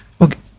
Okay